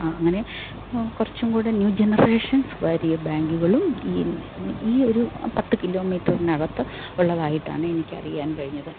ആ അങ്ങനെ കുറച്ചും കൂടെ ന്യൂ ജനറേഷൻസ് വരി ബാങ്കുകളും ഈ ഈ ഒരു പത്ത് കിലോമീറ്ററിനകത്ത് ഉള്ളതായിട്ടാണ് എനിക്കറിയാൻ കഴിഞ്ഞത്